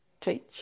teach